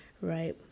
right